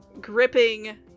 gripping